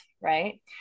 right